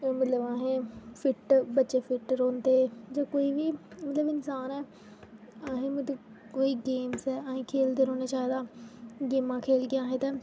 अ मतलब अहें फिट बच्चे फिट रौह्ंदे जां कोई बी मतलब इंसान ऐ अहें मतलब कोई गेम्स ऐ अस खेल्लदे रौह्ना चाहि्दा गेमां खेल्लगे अहें ते